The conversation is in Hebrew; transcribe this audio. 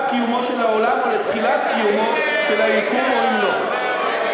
קיומו של העולם או תחילת קיומו של היקום או אם לא.